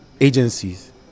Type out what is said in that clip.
agencies